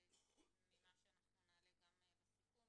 ממה שאנחנו נעלה גם בסיכום.